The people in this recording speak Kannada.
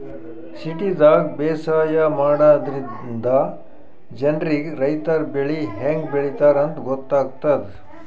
ಸಿಟಿದಾಗ್ ಬೇಸಾಯ ಮಾಡದ್ರಿನ್ದ ಜನ್ರಿಗ್ ರೈತರ್ ಬೆಳಿ ಹೆಂಗ್ ಬೆಳಿತಾರ್ ಅಂತ್ ಗೊತ್ತಾಗ್ತದ್